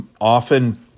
often